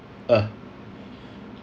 uh